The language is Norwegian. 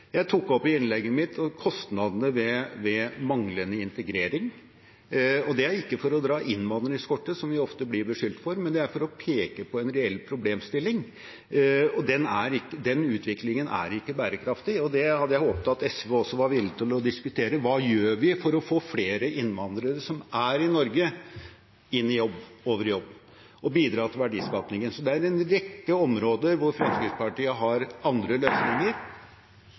Jeg tok opp i innlegget mitt kostnadene ved manglende integrering. Det er ikke for å dra innvandringskortet, som vi ofte blir beskyldt for, men for å peke på en reell problemstilling. Den utviklingen er ikke bærekraftig, og det hadde jeg håpet at SV også var villig til å diskutere. Hva gjør vi for å få flere innvandrere som er i Norge, inn i jobb, over i jobb og til å bidra til verdiskapingen? Det er en rekke områder hvor Fremskrittspartiet har andre løsninger